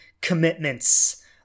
commitments